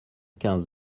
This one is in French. quinze